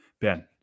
Ben